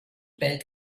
bellt